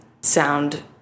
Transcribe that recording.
sound